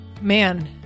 Man